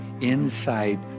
inside